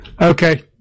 Okay